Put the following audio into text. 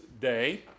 day